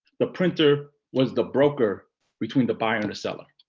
the printer was the broker between the buyer and seller.